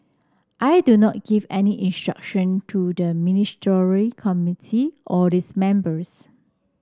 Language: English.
I do not give any instruction to the Ministry Committee or its members